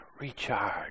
recharge